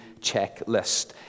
checklist